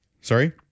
Sorry